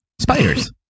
Spiders